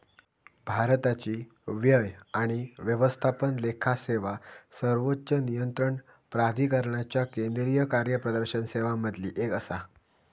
भारताची व्यय आणि व्यवस्थापन लेखा सेवा सर्वोच्च नियंत्रण प्राधिकरणाच्या केंद्रीय कार्यप्रदर्शन सेवांमधली एक आसा